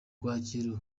kwakira